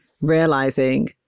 realizing